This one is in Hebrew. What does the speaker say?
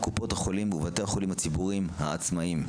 קופות החולים ובתי החולים הציבוריים העצמאיים.